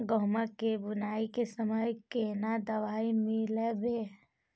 गहूम के बुनाई के समय केना दवाई मिलैबे?